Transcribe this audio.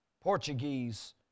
Portuguese